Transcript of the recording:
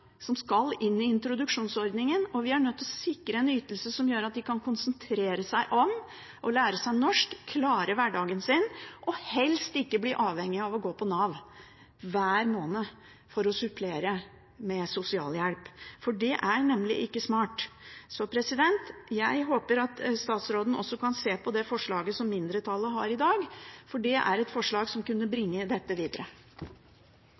som skal inn i introduksjonsordningen, og vi er nødt til å sikre en ytelse som gjør at de kan konsentrere seg om å lære seg norsk, klare hverdagen sin og helst ikke bli avhengige av å gå på Nav hver måned for å supplere med sosialhjelp. Det er nemlig ikke smart. Jeg håper at statsråden også kan se på det forslaget som mindretallet har i dag. Det er et forslag som kunne